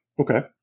Okay